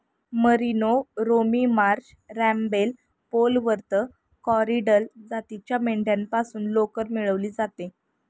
merino, Romney Marsh, Rambouillet, Polworth, Corriedale जातीच्या मेंढ्यांपासून लोकर मिळवली जाते